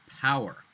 power